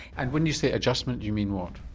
and when you say adjustment you mean what?